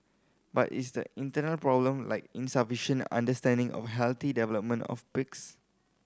but it's the internal problem like insufficient understanding of healthy development of pigs